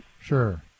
Sure